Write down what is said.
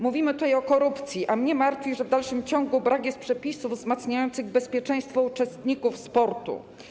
Mówimy tutaj o korupcji, a mnie martwi to, że w dalszym ciągu brak jest przepisów wzmacniających bezpieczeństwo uczestników sportu.